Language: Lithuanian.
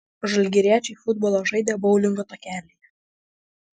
žalgiriečiai futbolą žaidė boulingo takelyje